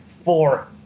four